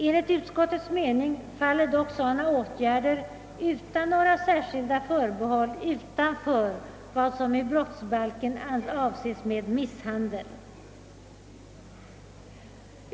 Enligt utskottets mening faller dock sådana åtgärder utan några särskilda förbehåll utanför vad som i brottsbalken avses med misshandel.